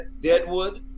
Deadwood